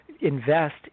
invest